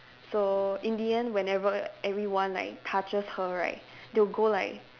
so in the end whenever everyone like touches her right they'll go like